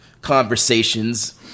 conversations